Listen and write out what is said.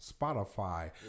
spotify